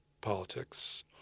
politics